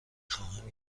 خواهم